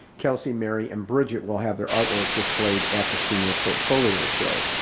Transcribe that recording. kelsey, mary and bridget will have their artwork displayed at the senior portfolio show.